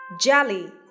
Jelly